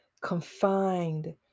confined